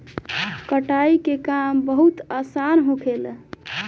कटाई के काम बहुत आसान होखेला